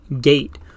gate